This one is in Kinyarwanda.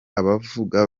abavuga